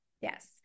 Yes